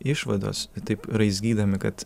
išvados taip raizgydami kad